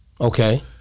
Okay